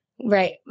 right